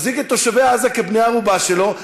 מחזיק את תושבי עזה כבני-ערובה שלו,